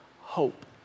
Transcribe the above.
hope